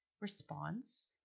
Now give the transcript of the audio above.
response